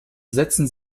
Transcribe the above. setzen